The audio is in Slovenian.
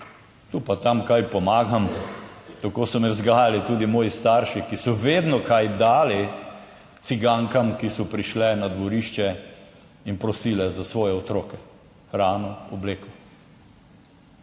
tu pa tam kaj pomagam. Tako so me vzgajali tudi moji starši, ki so vedno kaj dali cigankam, ki so prišle na dvorišče in prosile za svoje otroke hrano, obleko.